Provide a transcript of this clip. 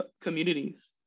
communities